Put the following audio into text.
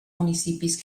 municipis